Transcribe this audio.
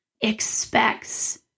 expects